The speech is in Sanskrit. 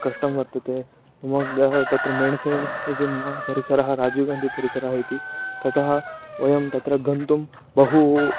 कष्टं वर्तते मोग्गः तत्र मेणसीन् इति मा परिसरः राजीव्गान्दि परिसरः इति ततः वयं तत्र गन्तुं बहु